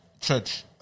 church